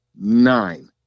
Nine